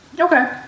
Okay